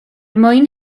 mwyn